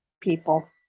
people